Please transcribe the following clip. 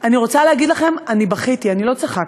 אני רוצה להגיד לכם, אני בכיתי, אני לא צחקתי.